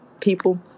People